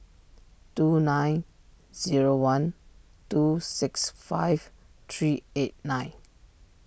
two nine zero one two six five three eight nine